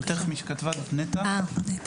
מי שכתבה את המסמך היא נטע משה.